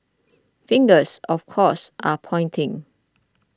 fingers of course are pointing